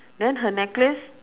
then her necklace